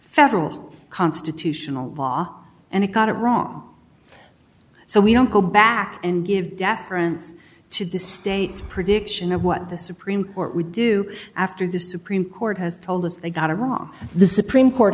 federal constitutional law and it got it wrong so we don't go back and give deference to the states prediction of what the supreme court would do after the supreme court has told us they got it wrong the supreme court